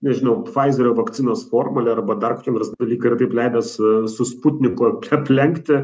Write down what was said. nežinau pfaizerio vakcinos formulę arba dar kokį nors dalyką ir taip leidęs su spupniku aplenkti